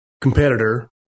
competitor